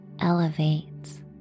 elevates